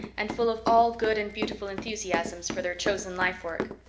and full of all good and beautiful enthusiasms for their chosen lifework.